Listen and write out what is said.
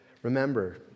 Remember